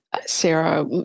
Sarah